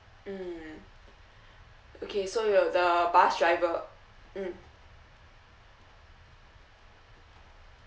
mm okay so it was the bus driver mm